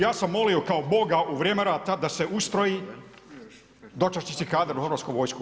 Ja sam molio kao Boga u vrijeme rata da se ustroji dočasnički kadar u Hrvatsku vojsku.